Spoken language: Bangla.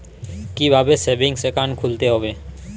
কীভাবে সেভিংস একাউন্ট খুলতে হবে?